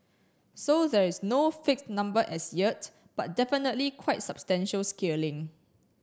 so there is no fixed number as yet but definitely quite substantial scaling